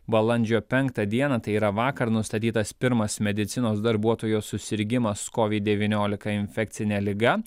balandžio penktą dieną tai yra vakar nustatytas pirmas medicinos darbuotojo susirgimas covid devyniolika infekcine liga